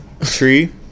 Tree